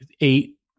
eight